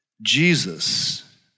Jesus